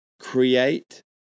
create